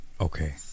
Okay